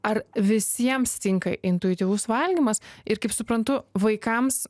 ar visiems tinka intuityvus valgymas ir kaip suprantu vaikams